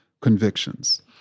convictions